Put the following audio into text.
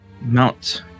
Mount